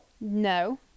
no